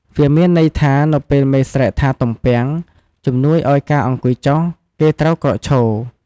វាមានន័យថា នៅពេលមេស្រែកថា "ទំពាំង" ជំនួយឱ្យការអង្គុយចុះ គេត្រូវក្រោកឈរ។